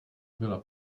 byla